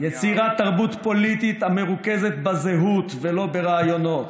יצירת תרבות פוליטית המרוכזת בזהות ולא ברעיונות.